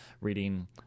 reading